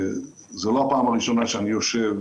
זו לא הפעם הראשונה שאני יושב